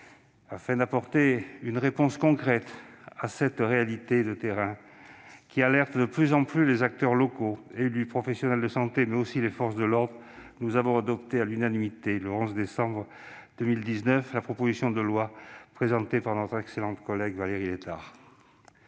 Afin d'apporter une réponse concrète à cette réalité de terrain, qui alerte de plus en plus les acteurs locaux, élus, professionnels de la santé, mais aussi les forces de l'ordre, nous avons adopté à l'unanimité, le 11 décembre 2019, la proposition de loi présentée par notre excellente collègue Valérie Létard